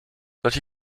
solche